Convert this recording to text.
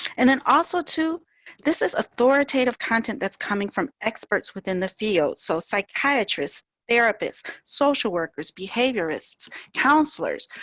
and then also to this is authoritative content that's coming from experts within the field so psychiatry is therapists social workers behaviorists counselors.